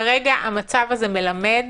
כרגע המצב מלמד